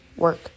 work